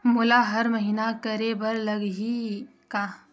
मोला हर महीना करे बर लगही का?